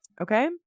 Okay